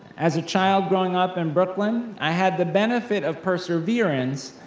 as a child growing up in brooklyn, i had the benefit of perseverance,